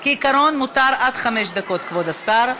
כעיקרון, מותר עד חמש דקות, כבוד השר.